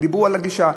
ודיברו על הגישה,